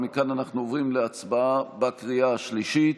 מכאן אנחנו עוברים להצבעה בקריאה השלישית.